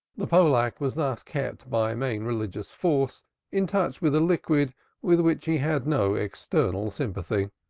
the pollack was thus kept by main religious force in touch with a liquid with which he had no external sympathy.